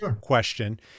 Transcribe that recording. question